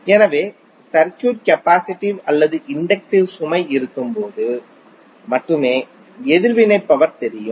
எனவே circuit capacitive அல்லது inductive சுமை இருக்கும்போது மட்டுமே எதிர்வினை பவர் தெரியும்